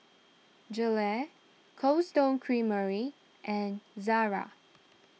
Gelare Cold Stone Creamery and Zara